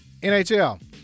NHL